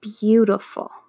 beautiful